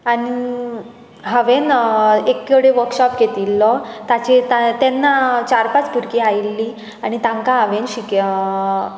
आनी हांवें एक कडेन वर्कशॉप घेतिल्लो ताचेर तेन्ना चार पांच भुरगीं आयिल्ली आनी तांकां हांवें शिकय